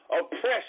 oppression